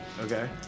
Okay